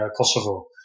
Kosovo